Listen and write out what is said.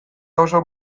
oso